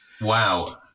Wow